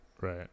Right